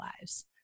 lives